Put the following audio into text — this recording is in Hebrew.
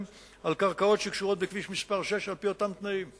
על קרקעות שקשורות בכביש 6 על-פי אותם תנאים.